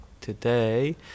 today